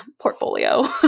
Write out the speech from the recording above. portfolio